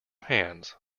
hands